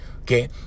Okay